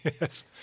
Yes